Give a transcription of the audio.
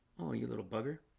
oh you little bugger